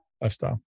Lifestyle